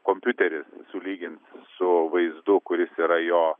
kompiuteris sulygins su vaizdu kuris yra jo